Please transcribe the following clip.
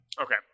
Okay